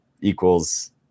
equals